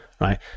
Right